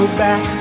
back